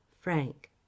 Frank